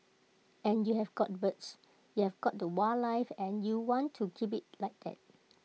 and you have got birds you have got the wildlife and you want to keep IT like that